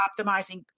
optimizing